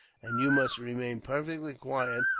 and you must remain perfectly quiet,